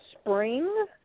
spring